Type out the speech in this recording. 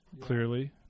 clearly